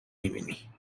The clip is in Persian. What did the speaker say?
میبینی